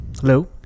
Hello